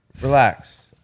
relax